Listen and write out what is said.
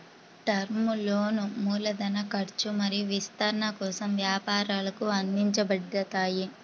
term లోన్లు మూలధన ఖర్చు మరియు విస్తరణ కోసం వ్యాపారాలకు అందించబడతాయి